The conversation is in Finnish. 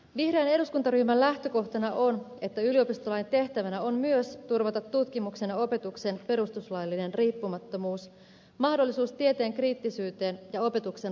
vihreän eduskuntaryhmän lähtökohtana on että yliopistolain tehtävänä on myös turvata tutkimuksen ja opetuksen perustuslaillinen riippumattomuus mahdollisuus tieteen kriittisyyteen ja opetuksen vapauteen